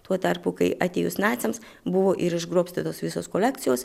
tuo tarpu kai atėjus naciams buvo ir išgrobstytos visos kolekcijos